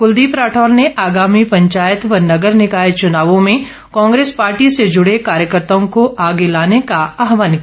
कुलदीप राठौर ने आगामी पंचायत व नगर निकाय चुनावों में कांग्रेस पार्टी से जुड़े कार्यकर्ताओं को आगे लाने का आहवान किया